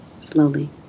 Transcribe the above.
slowly